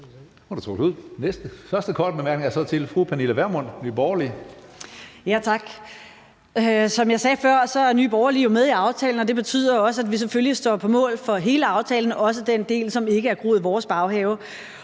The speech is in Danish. første korte bemærkning er til fru Pernille Vermund, Nye Borgerlige. Kl. 16:26 Pernille Vermund (NB): Tak. Som jeg sagde før, er Nye Borgerlige med i aftalen, og det betyder selvfølgelig også, at vi står på mål for hele aftalen, også den del, som ikke er groet i vores baghave.